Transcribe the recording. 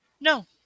No